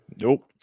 Nope